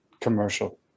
commercial